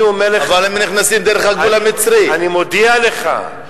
אני אומר לך,